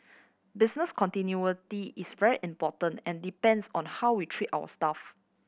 business continuity is very important and depends on how we treat our staff